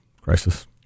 crisis